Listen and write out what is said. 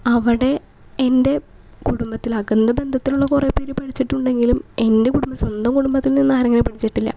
അവിടെ എൻ്റെ കുടുംബത്തിലെ അകന്ന ബന്ധത്തിലുള്ള കുറേ പേര് പഠിച്ചിട്ടുണ്ടെങ്കിലും എൻ്റെ കുടുംബം സ്വന്തം കുടുംബത്തിൽ നിന്നാരും അങ്ങനേ പഠിച്ചിട്ടില്ല